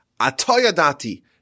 Atoyadati